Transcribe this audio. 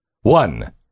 One